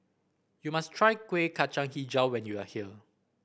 you must try Kuih Kacang hijau when you are here